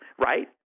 right